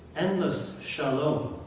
endless shalom!